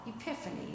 Epiphany